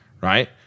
right